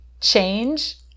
change